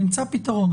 נמצא פתרון.